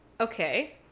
Okay